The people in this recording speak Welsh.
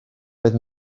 oedd